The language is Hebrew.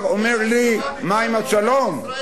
תרשה לי להזכיר לך שישראל מוכנה,